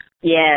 Yes